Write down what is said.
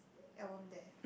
album there